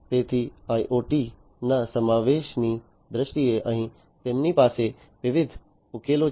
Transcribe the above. તેથી IoT ના સમાવેશની દ્રષ્ટિએ અહીં તેમની પાસે વિવિધ ઉકેલો છે